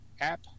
app